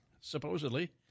supposedly